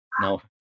no